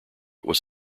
was